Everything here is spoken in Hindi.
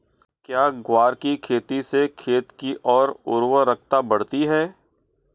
क्या ग्वार की खेती से खेत की ओर उर्वरकता बढ़ती है?